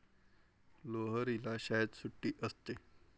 लोहरीला शाळेत सुट्टी असते